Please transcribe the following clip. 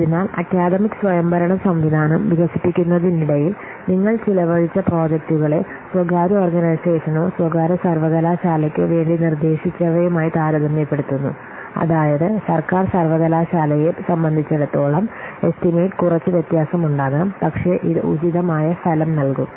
അതിനാൽ അക്കാദമിക് സ്വയംഭരണ സംവിധാനം വികസിപ്പിക്കുന്നതിനിടയിൽ നിങ്ങൾ ചെലവഴിച്ച പ്രോജക്റ്റുകളെ സ്വകാര്യ ഓർഗനൈസേഷനോ സ്വകാര്യ സർവ്വകലാശാലയ്ക്കോ വേണ്ടി നിർദ്ദേശിച്ചവയുമായി താരതമ്യപ്പെടുത്തുന്നു അതായത് സർക്കാർ സർവ്വകലാശാലയെ സംബന്ധിച്ചിടത്തോളം എസ്റ്റിമേറ്റ് കുറച്ച് വ്യത്യാസമുണ്ടാകാം പക്ഷേ ഇത് ഉചിതമായ ഫലം നൽകും